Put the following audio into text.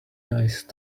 nice